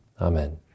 Amen